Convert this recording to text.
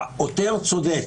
העותר צודק,